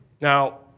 Now